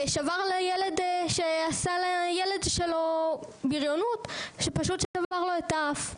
ושבר לילד שעשה לבנו בריונות את האף.